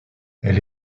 elle